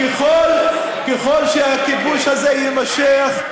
ככל שהכיבוש הזה יימשך,